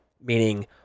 meaning